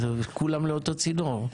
כולם לאותו צינור.